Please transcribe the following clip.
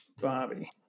Bobby